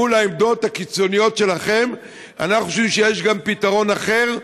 מול העמדות הקיצוניות שלכם אנחנו חושבים שיש גם פתרון אחר,